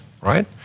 Right